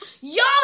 y'all